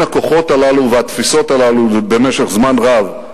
הכוחות הללו והתפיסות הללו במשך זמן רב,